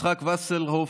יצחק וסרלאוף,